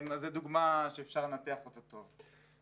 אז זו דוגמא שאפשר לנתח אותה טוב.